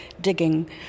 digging